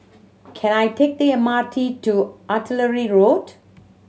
can I take the M R T to Artillery Road